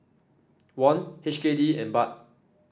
Won H K D and Baht